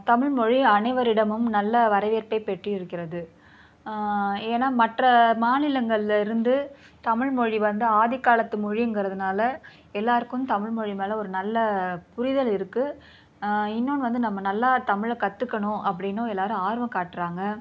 தமிழ்மொழி அனைவரிடமும் நல்ல வரவேற்பைப் பெற்றிருக்கிறது ஏன்னா மற்ற மாநிலங்களில் இருந்து தமிழ்மொழி வந்து ஆதிக்காலத்து மொழிங்கிறதுனால எல்லாருக்கும் தமிழ்மொழி மேலே ஒரு நல்ல புரிதல் இருக்கு இன்னொன்று வந்து நம்ம நல்லா தமிழை கற்றுக்கணும் அப்படின்னு எல்லாரும் ஆர்வம் காட்டுறாங்க